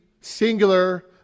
singular